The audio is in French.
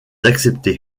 acceptée